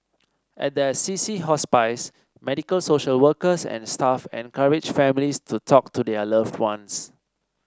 at the Assisi Hospice medical social workers and staff encourage families to talk to their loved ones